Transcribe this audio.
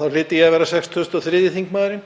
þá hlyti ég að vera 63. þingmaðurinn.